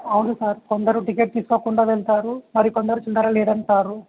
అవును సార్ కొందరు టికెట్ తీసుకోకుండా వెళ్తారు మరి కొందరు చిల్లర లేదంటారు